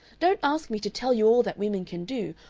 don't ask me to tell you all that women can do,